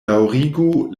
daŭrigu